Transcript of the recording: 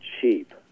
cheap